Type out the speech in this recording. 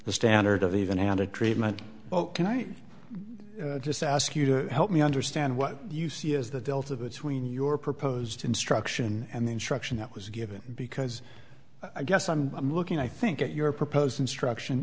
the standard of even and a treatment well can i just ask you to help me understand what you see as the delta between your proposed instruction and the instruction that was given because i guess i'm looking i think at your proposed instruction